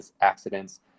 accidents